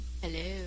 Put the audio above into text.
Hello